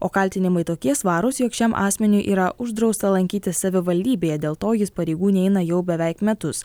o kaltinimai tokie svarūs jog šiam asmeniui yra uždrausta lankytis savivaldybėje dėl to jis pareigų neina jau beveik metus